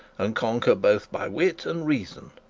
and conquer both by wit and reason.